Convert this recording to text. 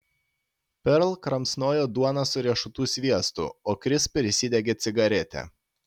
perl kramsnojo duoną su riešutų sviestu o kris prisidegė cigaretę